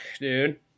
dude